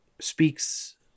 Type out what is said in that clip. speaks